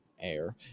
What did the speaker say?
air